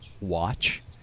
watch